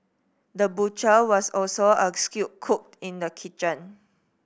the butcher was also a skilled cook in the kitchen